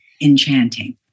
enchanting